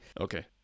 okay